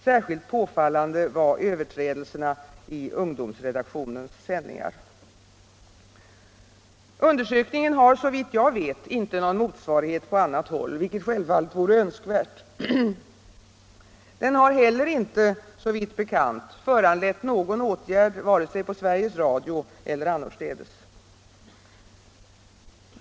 Särskilt påfallande var överträdelserna i ungdomsredaktionens sändningar. Undersökningen har, såvitt jag vet, inte någon motsvarighet på annat håll, vilket självfallet vore önskvärt. Den har heller inte, såvitt bekant, föranlett någon åtgärd vare sig på Sveriges Radio eller annorstädes.